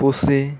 ᱯᱩᱥᱤ